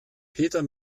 peter